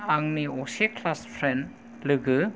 आंनि असे class friend लोगो